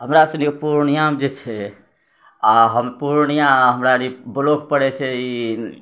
हमरा सभके पूर्णिया जे छै आ हम पूर्णिया हमरा ब्लॉक पड़ै छै ई